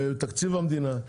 ותקציב המדינה.